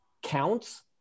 counts